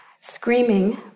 Screaming